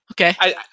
Okay